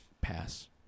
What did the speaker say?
pass